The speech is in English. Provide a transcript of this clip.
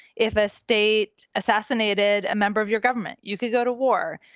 if a state assassinated a member of your government, you could go to war.